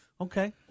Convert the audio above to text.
Okay